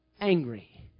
angry